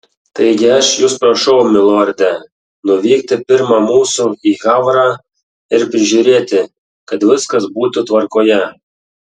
taigi aš jus prašau milorde nuvykti pirma mūsų į havrą ir prižiūrėti kad viskas būtų tvarkoje